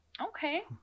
okay